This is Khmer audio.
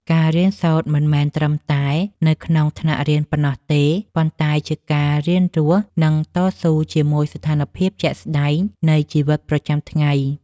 ការរៀនសូត្រមិនមែនត្រឹមតែនៅក្នុងថ្នាក់រៀនប៉ុណ្ណោះទេ ប៉ុន្តែជាការរៀនរស់ និងតស៊ូជាមួយស្ថានភាពជាក់ស្តែងនៃជីវិតប្រចាំថ្ងៃ។